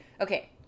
Okay